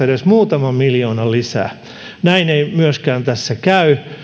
edes muutaman miljoonan lisää näin ei tässä käy